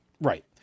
Right